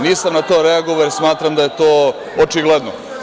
Nisam na to reagovao jer smatram da je to očigledno.